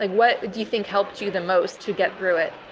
like what do you think helped you the most to get through it?